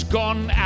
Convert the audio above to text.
gone